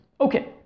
okay